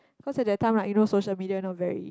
cause at that time right you know social media not very